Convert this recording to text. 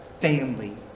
family